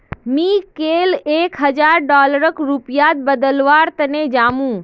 मी कैल एक हजार डॉलरक रुपयात बदलवार तने जामु